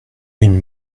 une